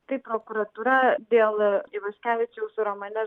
tai prokuratūra dėl ivaškevičiaus romane